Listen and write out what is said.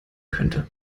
könnte